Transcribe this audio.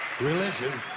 Religion